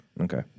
Okay